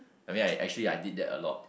I mean I actually I did that a lot